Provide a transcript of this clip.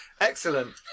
Excellent